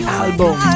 album